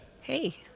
hey